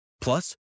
Plus